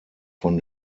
von